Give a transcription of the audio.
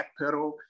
backpedal